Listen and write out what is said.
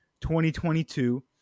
2022